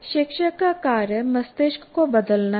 शिक्षक का कार्य मस्तिष्क को बदलना है